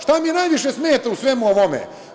Šta mi najviše smeta u svemu ovome?